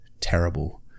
Terrible